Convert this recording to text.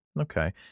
Okay